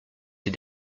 ses